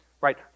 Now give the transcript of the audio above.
right